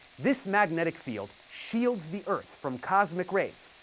this magnetic field shields the earth from cosmic rays,